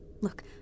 Look